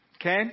Okay